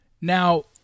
now